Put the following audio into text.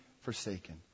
forsaken